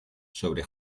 sobre